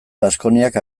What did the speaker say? baskoniak